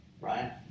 right